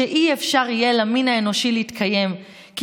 שאי-אפשר יהיה למין האנושי להתקיים כל